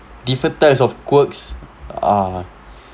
different types of quirks ah